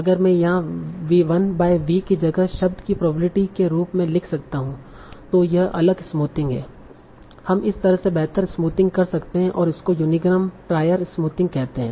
अगर में यहाँ 1 बाय V कि जगह शब्द की प्रोबेबिलिटी के रूप में लिख सकता हूं तों यह अलग स्मूथिंग है हम इस तरह से बेहतर स्मूथिंग कर सकते हैं और इसको यूनीग्राम प्रायर स्मूथिंग कहते है